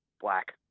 Black